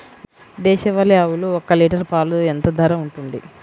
దేశవాలి ఆవులు ఒక్క లీటర్ పాలు ఎంత ధర ఉంటుంది?